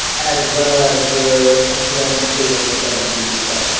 as well as your entry level employee, that just started two weeks ago.